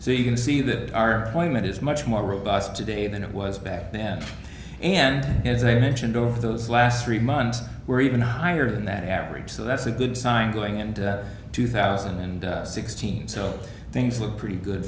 so you can see that our point is much more robust today than it was back then and as i mentioned of those last three months were even higher than that average so that's a good sign going and two thousand and sixteen so things look pretty good